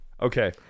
Okay